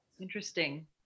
Interesting